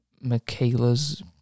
Michaela's